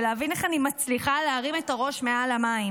ולהבין איך אני מצליחה להרים את הראש מעל המים.